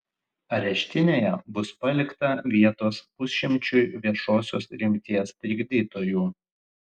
areštinėje bus palikta vietos pusšimčiui viešosios rimties trikdytojų